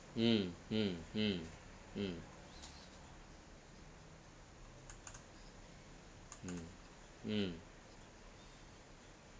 mm mm mm mm mm mm